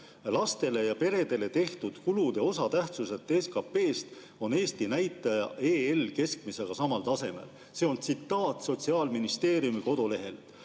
Lastele ja peredele tehtud kulude osatähtsuselt SKP-s on Eesti näitaja EL-i keskmisega samal tasemel. See on tsitaat Sotsiaalministeeriumi kodulehelt.